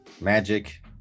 Magic